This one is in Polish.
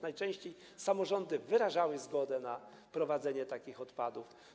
Najczęściej samorządy wyrażały zgodę na prowadzenie takich odpadów.